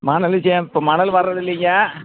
மணல் இப்போ மணல் வரதில்லைங்க